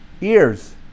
Ears